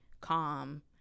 calm